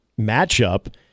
matchup